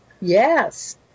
Yes